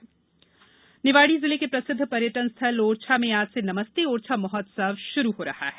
नमस्ते ओरछा निवाड़ी जिले के प्रसिद्ध पर्यटन स्थल ओरछा में आज से नमस्ते ओरछा महोत्सव शुरू हो रहा है